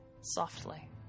softly